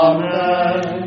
Amen